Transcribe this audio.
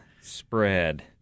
spread